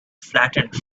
flattened